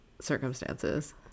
circumstances